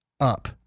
up